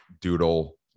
Doodle